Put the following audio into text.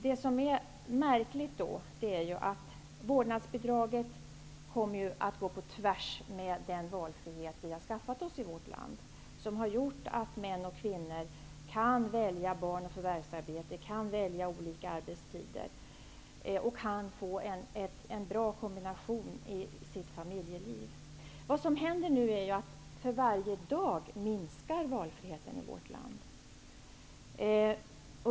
Det som är märkligt då är att vårdnadsbidraget kommer att gå på tvärs med den valfrihet som vi har skaffat oss i vårt land, den valfrihet som har gjort att män och kvinnor kan välja barn och förvärvsarbete, kan välja olika arbetstider och kan få en bra kombination i sitt familjeliv. Det som händer nu är att valfriheten för varje dag minskar i vårt land.